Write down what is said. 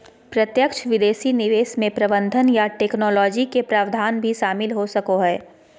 प्रत्यक्ष विदेशी निवेश मे प्रबंधन या टैक्नोलॉजी के प्रावधान भी शामिल हो सको हय